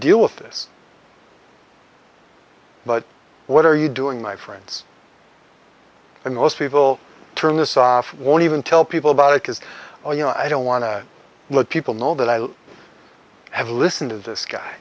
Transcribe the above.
deal with this but what are you doing my friends and most people turn this off won't even tell people about it because i don't want to let people know that i have listen to this guy